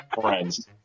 friends